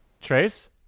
Trace